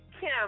Kim